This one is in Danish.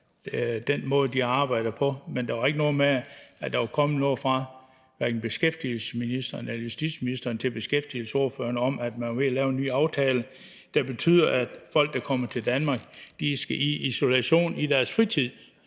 den måde, de arbejder på. Men der er jo ikke noget med, at der er kommet noget fra hverken beskæftigelsesministeren eller justitsministeren til beskæftigelsesordførerne om, at man var ved at lave en ny aftale, der betyder, at folk, der kommer til Danmark, skal i isolation i deres fritid.